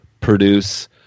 produce